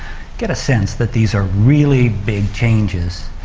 get a sense that these are really big changes.